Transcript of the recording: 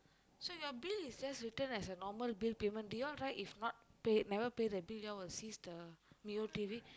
so your bill is just written as a normal bill payment did you all write if not pay never pay the bill you all will cease the Mio T_V